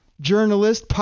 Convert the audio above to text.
journalist